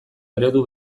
eredu